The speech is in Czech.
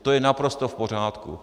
To je naprosto v pořádku.